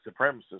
supremacists